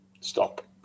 Stop